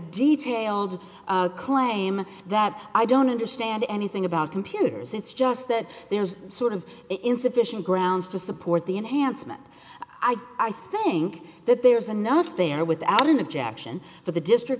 detailed claim that i don't understand anything about computers it's just that there's sort of insufficient grounds to support the enhancement i do i think that there's enough there without an objection for the district